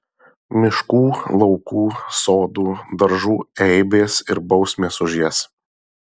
miškų laukų sodų daržų eibės ir bausmės už jas